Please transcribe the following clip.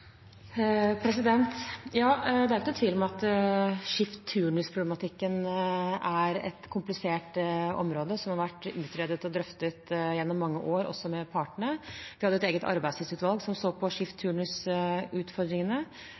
Det er ingen tvil om at skift- og turnusproblematikken er et komplisert område som har vært utredet og drøftet gjennom mange år – også med partene. Vi hadde et eget arbeidstidsutvalg som så på skift- og turnusutfordringene.